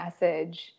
message